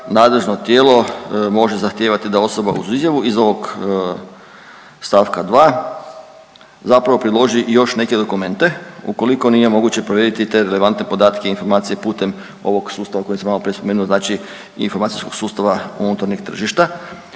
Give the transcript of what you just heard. nadležno tijelo može zahtijevati da osoba uz izjavu iz ovog stavka 2. zapravo priloži još neke dokumente ukoliko nije moguće provjeriti i te relevantne podatke i informacije putem ovog sustava koji sam maloprije spomenuo znači informacijskog sustava unutarnjeg tržišta